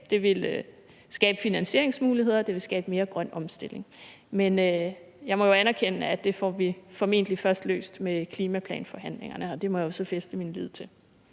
det vil skabe finansieringsmuligheder, det vil skabe mere grøn omstilling. Men jeg må anerkende, at det får vi formentlig først løst med klimaplanforhandlingerne, og det må jeg jo så fæste min lid til.